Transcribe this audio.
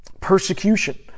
persecution